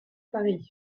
paris